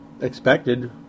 expected